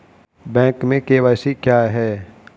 Bank में KYC क्या है?